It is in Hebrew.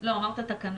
לא, אמרת תקנות.